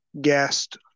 guest